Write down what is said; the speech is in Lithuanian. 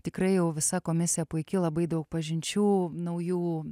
tikrai jau visa komisija puiki labai daug pažinčių naujų